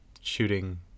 shooting